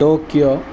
Tokyo